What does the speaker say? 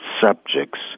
subjects